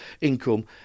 income